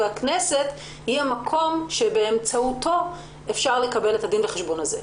הכנסת היא המקום שבאמצעותו אפשר לקבל את הדין וחשבון הזה.